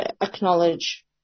acknowledge